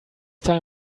time